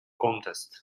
contest